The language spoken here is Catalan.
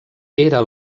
era